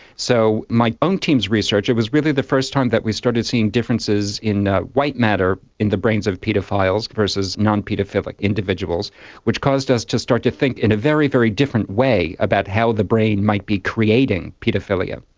so my own team's research it was really the first time that we started seeing differences in white matter in the brains of paedophiles versus non-paedophilic individuals which caused us to start to think in a very, very different way about how the brain might be creating paedophilia.